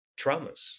traumas